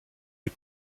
les